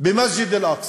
במסג'ד אל-אקצא.